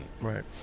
right